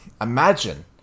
Imagine